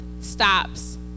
stops